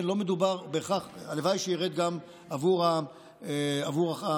הלוואי שירד גם עבור הצרכנים,